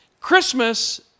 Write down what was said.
Christmas